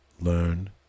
learn